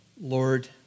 Lord